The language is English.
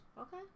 Okay